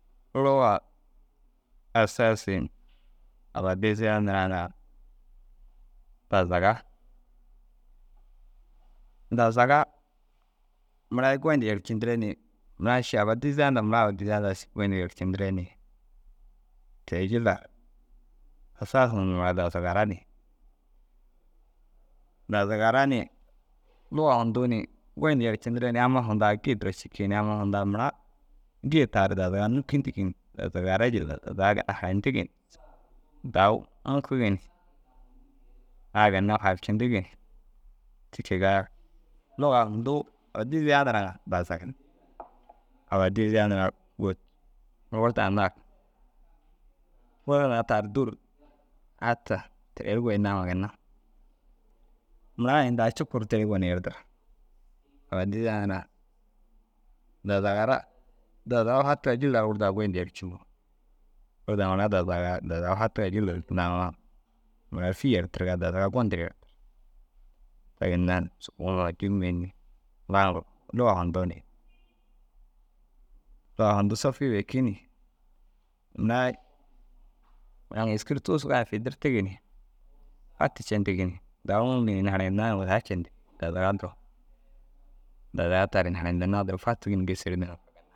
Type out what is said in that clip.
Kuruwa asasin aba diziya ndiraa ŋa dazaga. Dazaga mura i goyindu yercindire ni murai ši aba diziya ndaa mura aba diziya te- i jillar asas nduma dazagara ni. Dazagara ni luga hundu ni goyindu yercindire ni amma hundaa gii duro cikii ni amma hundaa mura gii tar dazaga nûkundigi ni. Dazagara jillar dazaga a hayindigi ni dau uŋkugi ni ai ginna hayap cindigi ni. Ti kegaa lugaa hunduu aba diziya niraa ŋa dazagan. Aba diziya niraa guutu teere ru goyi naama ginna murai ini daa cikuu ru te gii gonir yerdir. Aba diziya niraa dazagara dazaga fatiga jillar wurdaa goyindu yercindu. Wurdaa mura dazaga, dazaga fatigaa jillar tinda amma mura ru fî yertirigaa dazaga gondir yertir. Te ginna subuu înni? luga hundu ni. Luga hunduu sopii bêki ni murai aŋ êski ru tuusugai fi dirtigi ni fatu cendigi ni ini harayindinnaa na wuaa cendig. Dazaga duro, dazaga tar ini hanayindinnaa duro fatigi ni gêser dîŋa